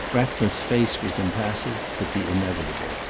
ratcliffe's face was impassive, but the inevitable,